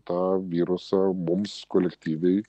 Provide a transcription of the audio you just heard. tą virusą mums kolektyviai